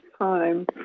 time